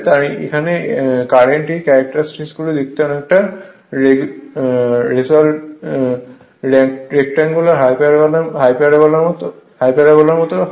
তাই এই কারণেই এই ক্যারেক্টারেস্টিকটি দেখতে অনেকটা রেক্টাঙ্গুলার হাইপারবোলার মতো হয়